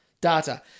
Data